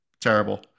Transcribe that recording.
terrible